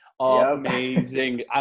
amazing